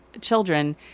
children